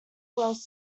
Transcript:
less